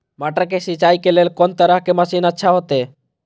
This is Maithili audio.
मटर के सिंचाई के लेल कोन तरह के मशीन अच्छा होते?